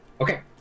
Okay